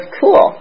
cool